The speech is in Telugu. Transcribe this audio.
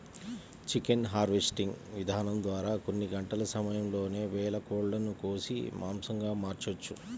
చికెన్ హార్వెస్టింగ్ ఇదానం ద్వారా కొన్ని గంటల సమయంలోనే వేల కోళ్ళను కోసి మాంసంగా మార్చొచ్చు